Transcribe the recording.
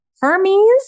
Hermes